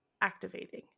activating